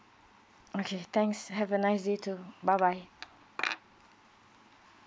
okay thanks have a nice day too bye bye